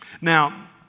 Now